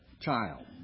child